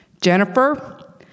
Jennifer